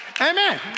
Amen